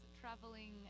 traveling